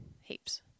heaps